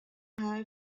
how